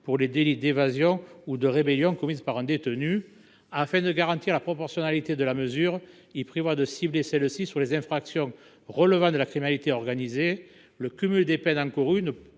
pour les délits d’évasion ou de rébellion commise par un détenu. Afin de garantir la proportionnalité de la mesure, cet amendement tend à cibler celle ci sur les infractions relevant de la criminalité organisée. Le cumul des peines encourues ne